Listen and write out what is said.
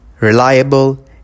reliable